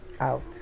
out